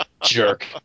Jerk